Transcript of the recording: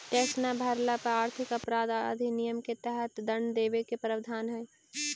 tax न भरला पर आर्थिक अपराध अधिनियम के तहत दंड देवे के प्रावधान हई